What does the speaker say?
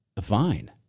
fine